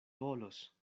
volos